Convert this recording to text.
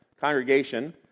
Congregation